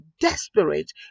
desperate